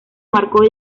marcó